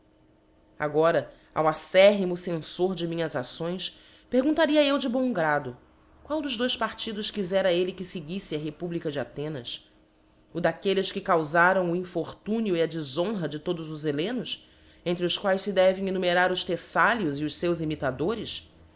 agora ao acérrimo cenfor de minhas acções perguntaria eu de bom grado qual dos dois partidos quizera clle que feguitfe a republica de athenas o d'aquelles que cau taram o infortúnio e a defhonra de todos os hell mvii entre os quaes fe devem enumerar os theftalios e os seus imita dores